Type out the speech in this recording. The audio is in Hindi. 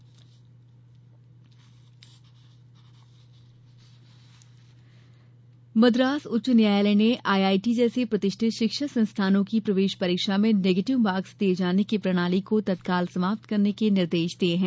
परीक्षा अंक मद्रास उच्च न्यायालय ने आईआईटी जैसे प्रतिष्ठित शिक्षा संस्थानों की प्रवेश परीक्षा में नेगेटिव मार्क्स दिये जाने की प्रणाली को तत्काल समाप्त करने के निर्देश दिये हैं